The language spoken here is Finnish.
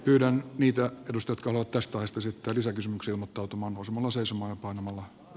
pyydän niitä edusta tulot taas toistasataa lisäkysymyksen muotoutumaan siitä vrn toiminnasta